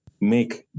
make